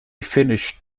finished